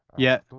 yet,